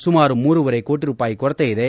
ಸುಮಾರು ಮೂರೂವರೆ ಕೋಟಿ ರೂಪಾಯಿ ಕೊರತೆಯಿದೆ